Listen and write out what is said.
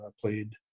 played